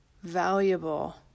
valuable